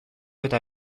eta